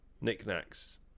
knickknacks